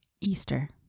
Easter